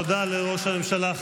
תודה לראש הממשלה.